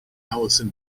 allison